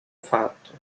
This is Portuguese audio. fato